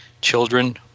children